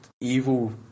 evil